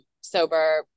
sober